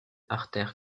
artères